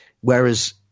Whereas